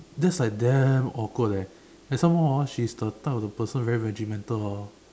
that's like damn awkward leh and some more hor she's the type of the person very regimental orh